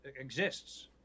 exists